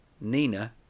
Nina